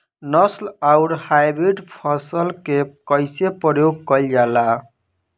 नस्ल आउर हाइब्रिड फसल के कइसे प्रयोग कइल जाला?